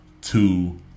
two